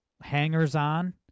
hangers-on